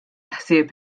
ħsieb